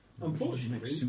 Unfortunately